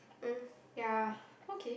mm